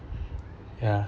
ya